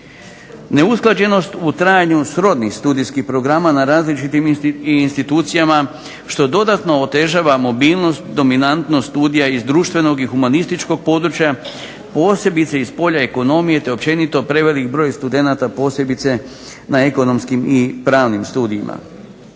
Neusklađenost u trajanju srodnih studijskih programa na različitim institucijama što dodatno otežava mobilnost, dominantnost studija iz društvenog i humanističkog područja posebice iz polja ekonomije, te općenito prevelik broj studenata posebno na ekonomskim i pravnim studijima.